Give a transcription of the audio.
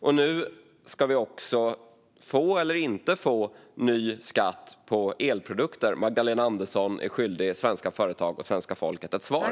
Och nu ska vi också få, eller inte få, ny skatt på elprodukter. Magdalena Andersson är skyldig svenska företag och svenska folket ett svar.